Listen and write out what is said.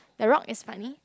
the rock is funny